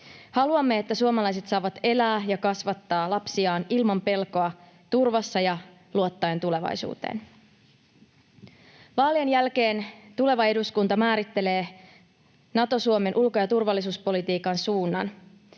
Haluamme, että suomalaiset saavat elää ja kasvattaa lapsiaan ilman pelkoa, turvassa ja luottaen tulevaisuuteen. Vaalien jälkeen tuleva eduskunta määrittelee Nato-Suomen ulko- ja turvallisuuspolitiikan suunnan: